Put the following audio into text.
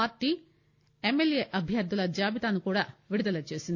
party MLA అభ్యర్థుల జాబితాను కూడా విడుదల చేసింది